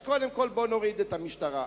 אז קודם כול, בוא נוריד את המשטרה.